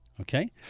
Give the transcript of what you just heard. okay